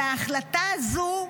ההחלטה הזו,